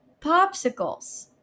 popsicles